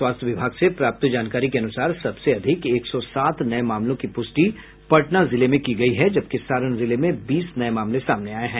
स्वास्थ्य विभाग से प्राप्त जानकारी के अनुसार सबसे अधिक एक सौ सात नये मामलों की प्रष्टि पटना जिले में की गयी है जबकि सारण जिले में बीस नये मामले सामने आये हैं